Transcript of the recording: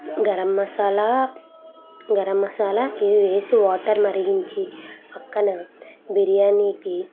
గరం మసాలా గరం మసాలా ఇవి వేసి వాటర్ మరిగించి పక్కన బిర్యానీకి